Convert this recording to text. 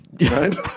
Right